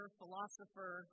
philosopher